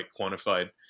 quantified